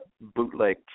bootleg